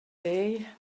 day